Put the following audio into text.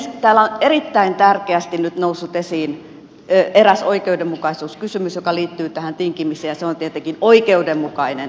täällä on erittäin tärkeästi nyt noussut esiin eräs oikeudenmukaisuuskysymys joka liittyy tähän tinkimiseen ja se on tietenkin oikeudenmukainen verotus